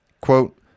Quote